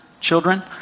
children